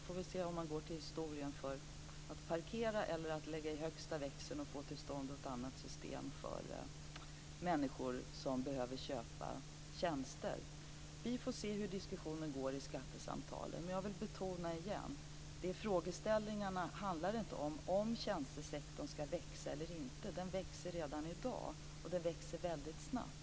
Vi får väl se om jag går till historien för mitt sätt att parkera eller för att lägga i högsta växeln och få till stånd ett annat system för människor som behöver köpa tjänster. Vi får se hur diskussionen går i skattesamtalen. Men jag vill återigen betona att frågeställningen inte handlar om ifall tjänstesektorn ska växa eller inte. Den växer redan i dag, och den växer väldigt snabbt.